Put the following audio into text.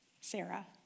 Sarah